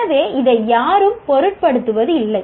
எனவே இதை யாரும் பொருட்படுத்துவதில்லை